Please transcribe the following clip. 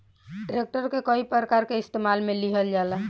tractor के कई प्रकार के इस्तेमाल मे लिहल जाला